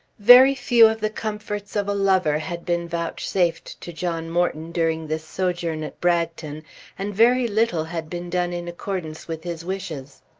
very few of the comforts of a lover had been vouchsafed to john morton during this sojourn at bragton and very little had been done in accordance with his wishes.